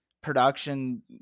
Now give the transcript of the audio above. production